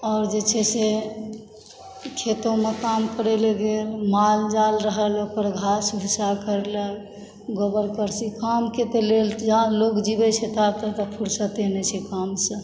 आओर जे छै से खेतोमे काम करय लए गेल माल जाल रहल ओकर घास भुसा कयलक गोबर तोबर लोग जिबै छै ता तक फ़ुरसते नहि छै कामसँ